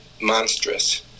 monstrous